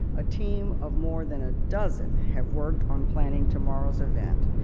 a team of more than a dozen, have worked on planning tomorrows event,